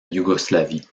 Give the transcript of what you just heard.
yougoslavie